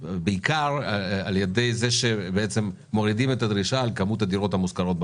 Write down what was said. בעיקר על ידי שמורידים את הדרישה בנוגע לכמות הדירות המושכרות בפרויקט.